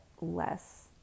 less